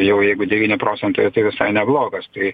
jau jeigu devyni procentai tai visai neblogas tai